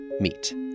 Meet